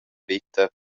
veta